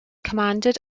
commanded